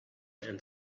and